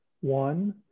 One